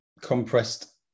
compressed